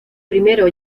primero